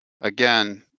again